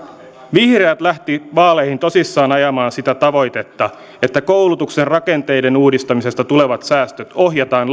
vihreät lähti vaaleihin tosissaan ajamaan sitä tavoitetta että koulutuksen rakenteiden uudistamisesta tulevat säästöt ohjataan